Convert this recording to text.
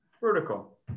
vertical